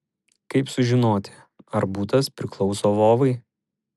kaip sužinoti ar butas priklauso vovai